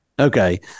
Okay